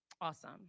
Awesome